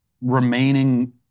remaining